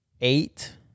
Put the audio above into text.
eight